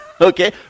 Okay